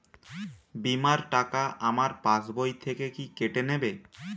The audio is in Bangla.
বিমার টাকা আমার পাশ বই থেকে কি কেটে নেবে?